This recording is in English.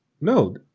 no